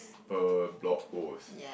per blog post